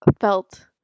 felt